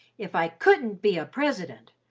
if i couldn't be a president,